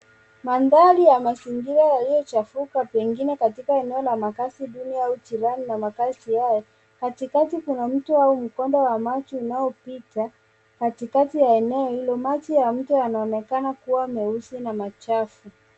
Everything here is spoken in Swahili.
Mandhari ya mazingira yaliyochafuka pengine katika eneo la makaazi duni au jirani na makaazi hayo. Katikati kuna mto au mkondo wa maji unaopita katikati ya eneo hilo. Maji yanaonekana kuwa meusi na machafu.